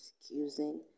excusing